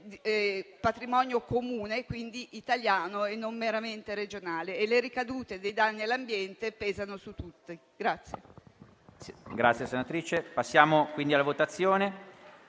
patrimonio comune, quindi italiano e non meramente regionale. E le ricadute dei danni all'ambiente pesano su tutti.